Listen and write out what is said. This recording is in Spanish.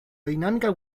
dinámica